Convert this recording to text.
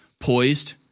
poised